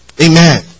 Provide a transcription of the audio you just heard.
Amen